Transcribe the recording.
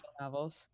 Novels